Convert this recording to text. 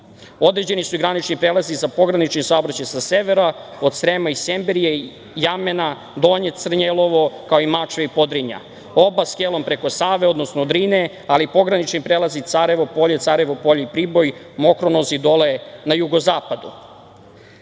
mora. Određeni su i granični prelazi sa pograničnim saobraćajem sa severa od Srema i Semberije i Jamena, Donje Crnjelovo, kao i Mačve i Podrinja. Oba skelom preko Save, odnosno Drine, ali i pogranični prelazi Carevo Polje, Carevo Polje i Priboj, Mokronozi dole na jugozapadu.Zašto